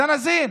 "זנאזין"